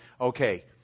Okay